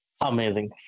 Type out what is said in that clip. amazing